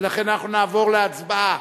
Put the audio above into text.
ולכן אנחנו נעבור להצבעה.